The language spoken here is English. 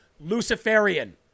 Luciferian